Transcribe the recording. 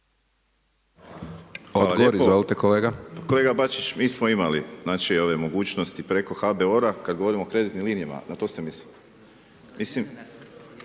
**Borić, Josip (HDZ)** Kolega Bačić, mi smo imali ove mogućnosti preko HBOR-a, kada govorimo o kreditnim linijama, na to ste mislili? …/Upadica